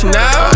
now